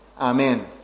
Amen